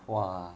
!wah!